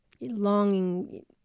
longing